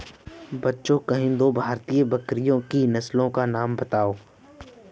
बच्चों किन्ही दो भारतीय बकरियों की नस्ल का नाम बताओ?